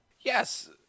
Yes